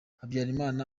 habyarima